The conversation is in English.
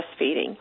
breastfeeding